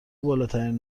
بالاترین